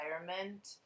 environment